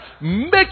Make